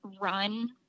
run